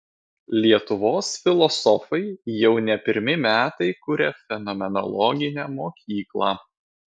lietuvos filosofai jau ne pirmi metai kuria fenomenologinę mokyklą